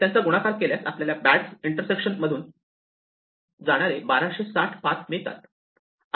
त्यांचा गुणाकार केल्यावर आपल्याला बॅड इंटरसेक्शन मधून जाणारे 1260 पाथ मिळतात